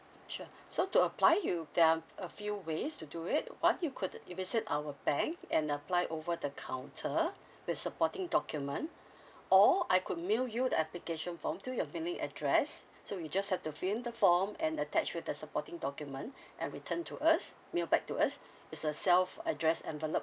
sure so to apply you there are a few ways to do it one you could visit our bank and apply over the counter with supporting document or I could email you the application form to your billing address so you just have to fill in the form and attach with the supporting document and return to us mail back to us it's a self addressed envelope